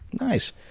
Nice